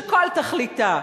שכל תכליתה,